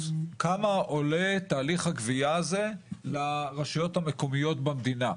כמה עולה תהליך הגבייה הזה לרשויות המקומיות במדינה?